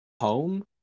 Home